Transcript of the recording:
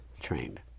trained